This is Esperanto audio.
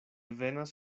venas